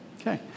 Okay